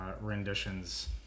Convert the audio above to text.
renditions